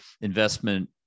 investment